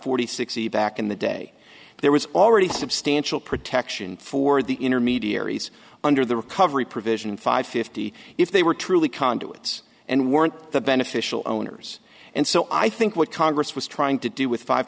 hundred sixty back in the day there was already substantial protection for the intermediaries under the recovery provision five fifty if they were truly conduits and weren't the beneficial owners and so i think what congress was trying to do with five